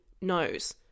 knows